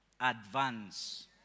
advance